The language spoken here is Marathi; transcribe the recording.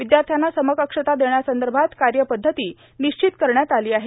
विद्यार्थ्यांना समक्षता देण्यासंदर्भात कार्यपध्वती निश्चित करण्यात आली आहे